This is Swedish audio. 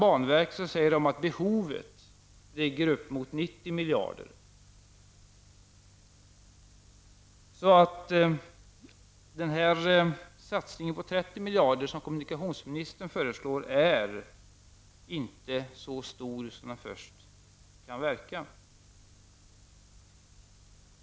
Banverket säger att behovet ligger på uppemot 90 miljarder kronor. Den satsning på 30 miljarder kronor som kommunikationsministern föreslår är inte så stor som den i förstone kan verka.